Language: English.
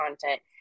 content